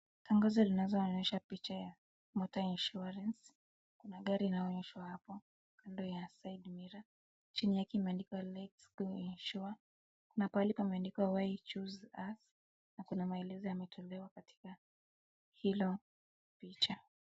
Tangazo linazoonyesha picha ya Motor Insurance . Kuna gari inaonyeshwa hapo kando ya side mirror . Chini yake imeandikwa, "Let's Go Insure." Kuna pahali pameandikwa, "Why choose us?" , na kuna maelezo yametolewa katika hilo picha.